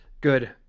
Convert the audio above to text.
Good